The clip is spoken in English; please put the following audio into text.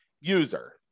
user